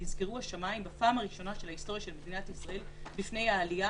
בפעם הראשונה בהיסטוריה של מדינת ישראל נסגרו השמיים בפני העלייה,